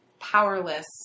powerless